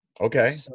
Okay